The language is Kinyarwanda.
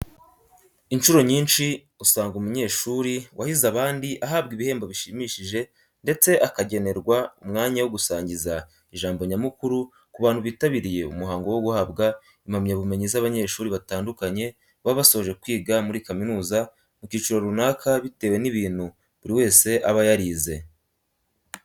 Incuro nyinshi usanga umunyeshuri wahize abandi ahabwa ibihembo bishimishije ndetse akanagenerwa umwanya wo gusangiza ijambo nyamukuru ku bantu bitabiriye umuhango wo guhabwa impamyabumenyi z'abanyeshuri batandukanye baba basoje kwiga muri kaminuza mu cyiciro runaka bitewe n'ibintu buri wese aba yarize.